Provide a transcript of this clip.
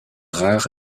rare